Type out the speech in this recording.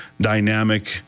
dynamic